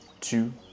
two